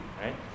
right